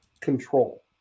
control